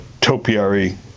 topiary